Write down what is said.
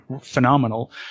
phenomenal